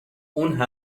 اون